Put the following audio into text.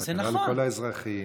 סכנה לכל האזרחים.